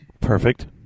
Perfect